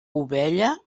ovella